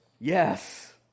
yes